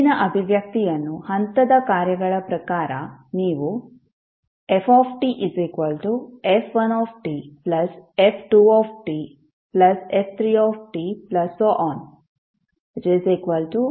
ಮೇಲಿನ ಅಭಿವ್ಯಕ್ತಿಯನ್ನು ಹಂತದ ಕಾರ್ಯಗಳ ಪ್ರಕಾರ ನೀವು ftf1tf2tf3t